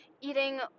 eating